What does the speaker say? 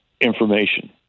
information